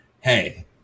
hey